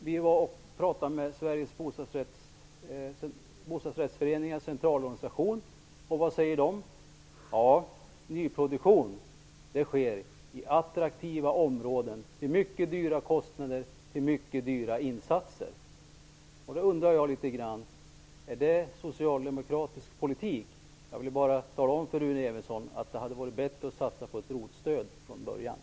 Vi har också talat med Sveriges Bostadsrättsföreningars Centralorganisation, som säger att nyproduktion sker i attraktiva områden till mycket dyra kostnader och med mycket höga insatser. Jag undrar om det är socialdemokratisk politik. Jag vill bara säga till Rune Evensson att det hade varit bättre att från början satsa på ett ROT-stöd.